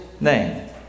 name